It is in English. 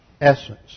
essence